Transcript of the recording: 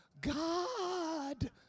God